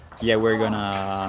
yeah, we're gonna